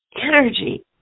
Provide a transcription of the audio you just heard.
Energy